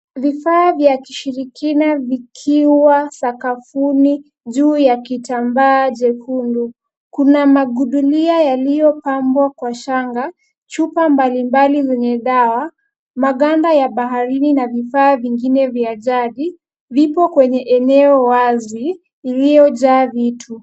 Vifaa vya kishirikina vikiwa sakafuni juu ya kitambaa jekundu. Kuna magudulia yaliyopambwa kwa shanga, chupa mbalimbali zenye dawa, maganda ya baharini na vifaa vingine vya jadi vipo kwenye eneo wazi iliyojaa vitu.